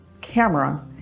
camera